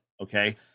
Okay